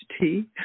tea